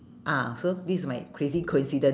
ah so this is my crazy coincidence